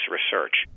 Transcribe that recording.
research